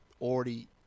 already